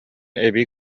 эбии